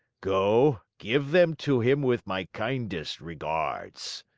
go, give them to him with my kindest regards.